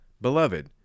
Beloved